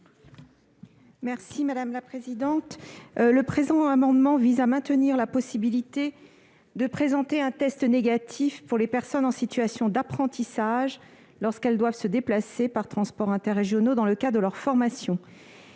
est à Mme Sylvie Robert. Le présent amendement vise à maintenir la possibilité de présenter un test négatif pour les personnes en situation d'apprentissage, lorsqu'elles doivent se déplacer par transports interrégionaux dans le cadre de leur formation.